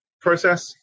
process